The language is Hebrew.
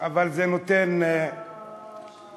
אבל זה נותן למה לא בשגרה?